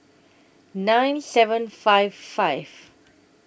nine seven five five